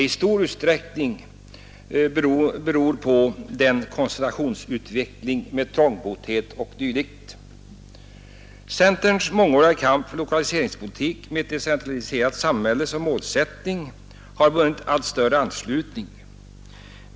— i stor utsträckning beror på koncentrationsutvecklingen med trångboddhet o. d. såsom följd. Centerns mångåriga kamp för lokaliseringspolitiken med ett decentraliserat samhälle såsom målsättning har vunnit allt större anslutning.